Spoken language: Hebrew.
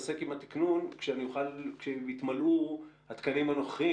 ענבל חרמוני שהיא תתעסק עם התקנון כשיתמלאו התקנים הנוכחיים.